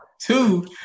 Two